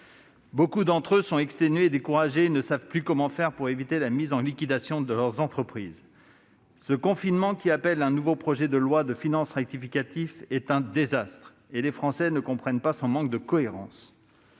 Beaucoup d'entre eux sont exténués et découragés, et ne savent plus comment faire pour éviter la mise en liquidation de leur entreprise. Ce confinement qui appelle un nouveau projet de loi de finances rectificative est un désastre, et les Français ne comprennent pas son manque de cohérence.